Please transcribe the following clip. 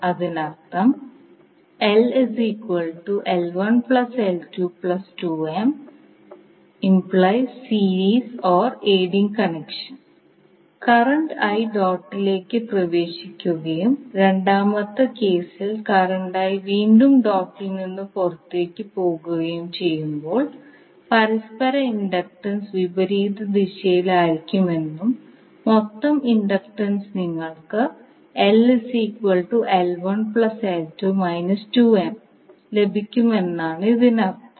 അതിനർത്ഥം കറന്റ് ഡോട്ടിലേക്ക് പ്രവേശിക്കുകയും രണ്ടാമത്തെ കേസിൽ കറന്റ് വീണ്ടും ഡോട്ടിൽ നിന്ന് പുറത്തു പോകുകയും ചെയ്യുമ്പോൾ പരസ്പര ഇൻഡക്റ്റൻസ് വിപരീത ദിശയിലായിരിക്കുമെന്നും മൊത്തം ഇൻഡക്റ്റൻസ് നിങ്ങൾക്ക് ലഭിക്കുമെന്നാണ് ഇതിനർത്ഥം